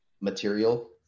material